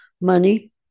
Money